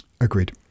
Agreed